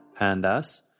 pandas